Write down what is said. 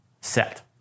set